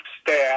staff